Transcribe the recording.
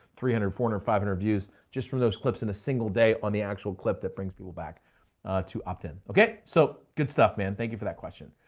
three hundred, four hundred, and five hundred views just from those clips in a single day on the actual clip that brings people back to opt-in. okay, so good stuff man. thank you for that question.